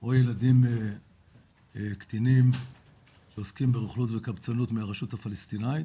או ילדים קטינים שעוסקים ברוכלות וקבצנות מהרשות הפלסטינית,